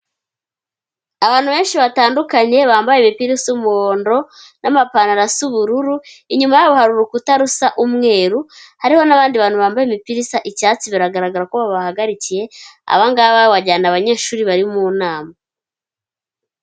Abantu benshi batandukanye bambaye imipira isa umuhondo, n'amapantaro asa ubururu, inyuma yabo hari urukuta rusa umweru, hariho n'abandi bantu bambaye imipira isa icyatsi biragaragara ko babahagarikiye, abangaba wajyira ni abanyeshuri bari mu nama.